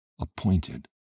appointed